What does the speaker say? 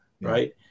right